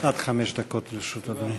עד חמש דקות לרשות אדוני.